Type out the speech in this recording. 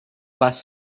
bus